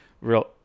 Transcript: real